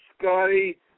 Scotty